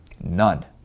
None